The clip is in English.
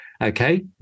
okay